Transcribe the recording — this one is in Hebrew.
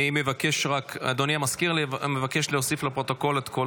אני קובע שגם ההצעה הזאת לא התקבלה, מאחר